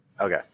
Okay